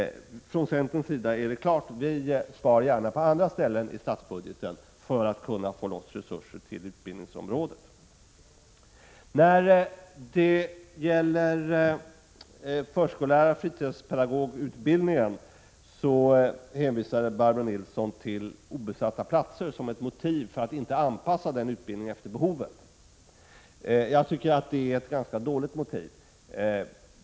Från centerns sida är det klart att vi gärna sparar på andra ställen för att kunna få loss resurser för utbildningsområdet. När det gäller förskolläraroch fritidspedagogutbildningarna hänvisade Barbro Nilsson till obesatta platser som ett motiv för att inte anpassa utbildningen efter behoven. Jag tycker det är ett ganska dåligt motiv.